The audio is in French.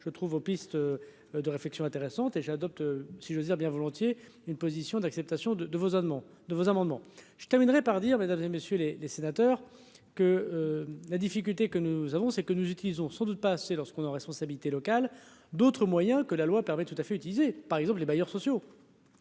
je trouve aux pistes de réflexion intéressante et j'adopte, si j'ose dire, bien volontiers une position d'acceptation de de vos amants de vos amendements je terminerai par dire mesdames et messieurs les sénateurs que la difficulté que nous avons c'est que nous utilisons sans doute pas assez lorsqu'on en responsabilité locale d'autres moyens que la loi permet tout à fait utiliser par exemple les bailleurs sociaux.